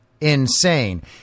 insane